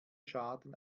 schaden